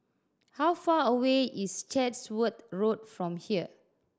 how far away is Chatsworth Road from here